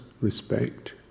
respect